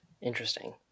Interesting